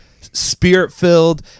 spirit-filled